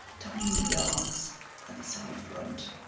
tiny darts at the side front,